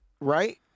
right